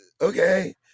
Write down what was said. okay